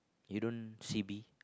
you don't C_B